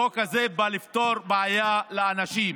החוק הזה בא לפתור בעיה לאנשים,